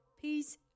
Peace